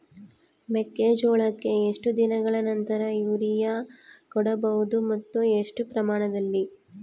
ಮೆಕ್ಕೆಜೋಳಕ್ಕೆ ಎಷ್ಟು ದಿನಗಳ ನಂತರ ಯೂರಿಯಾ ಕೊಡಬಹುದು ಮತ್ತು ಎಷ್ಟು ಪ್ರಮಾಣದಲ್ಲಿ?